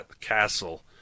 castle